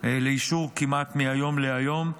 אישור כמעט מהיום להיום,